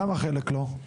למה חלק לא.